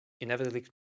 inevitably